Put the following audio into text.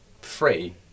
free